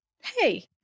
Hey